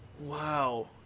Wow